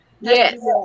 Yes